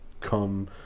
come